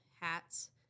hats